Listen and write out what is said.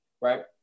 Right